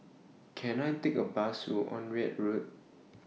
Can I Take A Bus to Onraet Road